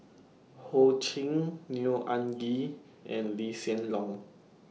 Ho Ching Neo Anngee and Lee Hsien Loong